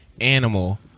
animal